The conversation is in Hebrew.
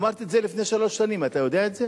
אמרתי את זה לפני שלוש שנים, אתה יודע את זה?